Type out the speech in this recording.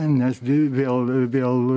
nes vėl vėl